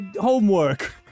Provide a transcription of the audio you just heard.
homework